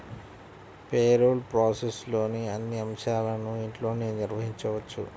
payroll ప్రాసెస్లోని అన్ని అంశాలను ఇంట్లోనే నిర్వహించవచ్చు